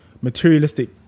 materialistic